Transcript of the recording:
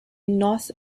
north